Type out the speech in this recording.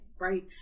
right